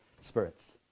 Spirits